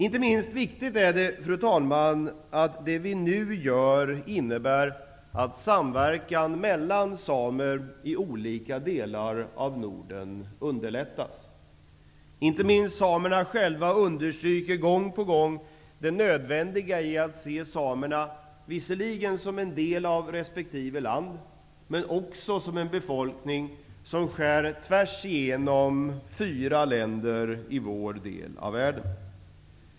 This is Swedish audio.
Inte minst viktigt är det, fru talman, att det vi nu gör innebär att samverkan mellan samer i olika delar av Norden underlättas. Inte minst samerna själva understryker gång på gång det nödvändiga i att se samerna, visserligen som en del av resp. land, men också som en befolkning som skär tvärs igenom fyra länder i vår del av världen.